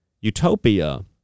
utopia